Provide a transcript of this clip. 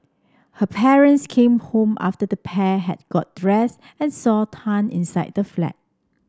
her parents came home after the pair had got dressed and saw Tan inside the flat